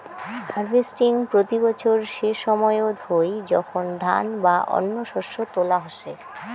harvesting প্রতি বছর সেসময়ত হই যখন ধান বা অন্য শস্য তোলা হসে